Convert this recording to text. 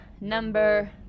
Number